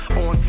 on